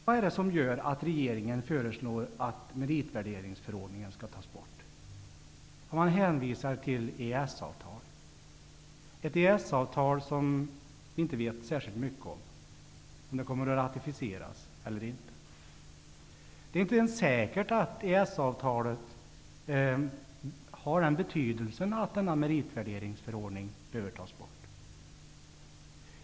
Vad är det som gör att regeringen föreslår att meritvärderingsförordningen skall tas bort? Man hänvisar till EES-avtalet -- ett EES-avtal som man inte vet särskilt mycket om. Man vet inte om det kommer att ratificeras eller inte. Det är inte ens säkert att EES-avtalet har den betydelsen att denna meritvärderingsförordning behöver tas bort.